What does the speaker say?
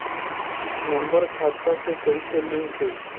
Number खाता से कईसे लिंक होई?